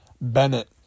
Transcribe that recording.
Bennett